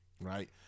Right